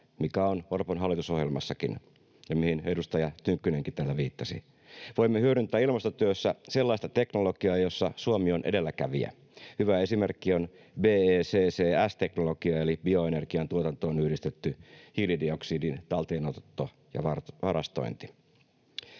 mikä on Orpon hallitusohjelmassakin ja mihin edustaja Tynkkynenkin täällä viittasi. Voimme hyödyntää ilmastotyössä sellaista teknologiaa, jossa Suomi on edelläkävijä. Hyvä esimerkki on BECCS-teknologia eli bioenergian tuotantoon yhdistetty hiilidioksidin talteenotto ja varastointi.